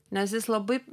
nes jis labai